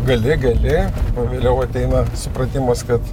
gali gali o vėliau ateina supratimas kad